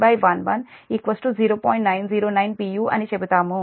u అని చెబుతాము